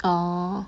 orh